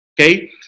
Okay